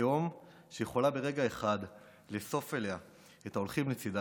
תהום שיכולה ברגע אחד לאסוף אליה את ההולכים לצידה,